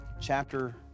chapter